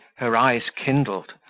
her eyes kindled,